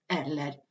eller